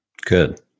Good